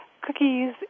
cookies